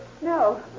No